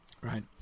right